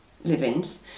livings